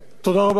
רבה.